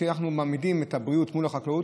כשאנחנו מעמידים את הבריאות מול החקלאות,